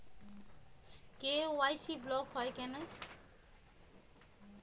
KYC block হয় কেনে?